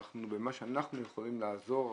במה שאנחנו יכולים לעזור,